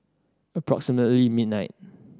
approximately midnight